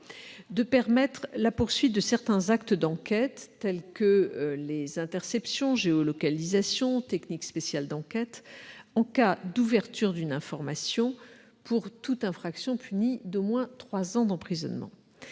des lois, de poursuivre certains actes d'enquête, tels que les interceptions, les géolocalisations, les techniques spéciales d'enquête en cas d'ouverture d'une information pour toute infraction punie d'au moins trois ans d'emprisonnement.